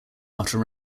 after